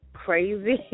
crazy